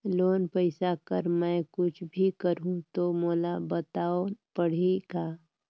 Loan पइसा कर मै कुछ भी करहु तो मोला बताव पड़ही का?